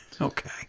Okay